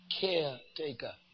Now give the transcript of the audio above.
caretaker